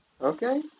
Okay